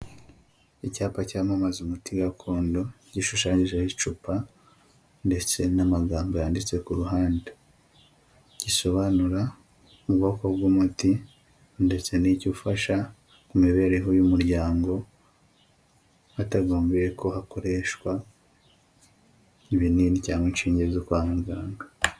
Icyapa cyamamaza umuti gakondo gishushanyijeho icupa ndetse n'amagambo yanditseho ku ruhande, gisobanura ubwoko bw'umuti ndetse ni cyo ufasha ku mibereho y'umuryango hatagombyeye ko hakoreshwa ibinini cyangwa inshinge byo kwa muganga.